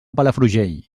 palafrugell